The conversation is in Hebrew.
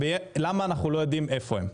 ולמה אנחנו לא יודעים איפה הם.